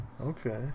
okay